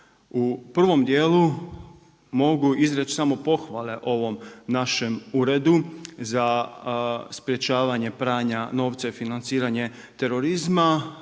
U prvom dijelu mogu izreći samo pohvale ovom našem Uredu za sprečavanje pranja novca i financiranje terorizma